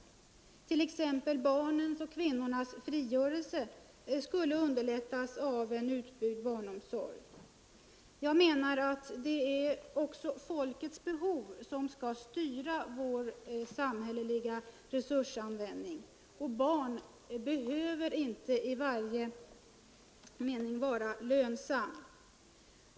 a. skulle t.ex. barnens och kvinnornas frigörelse underlättas av en utbyggd barnomsorg. Jag menar också att det är folkets behov som skall styra vår samhälleliga resursanvändning, och barn behöver inte vara lönsamma.